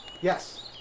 yes